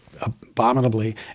abominably